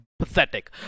Pathetic